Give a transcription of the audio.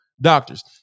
doctors